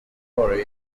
corey